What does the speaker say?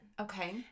Okay